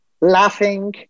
laughing